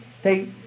state